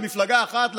למפלגה אחת,